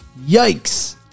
Yikes